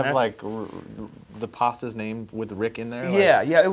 like the pasta's name with rick in there? yeah, yeah.